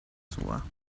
sua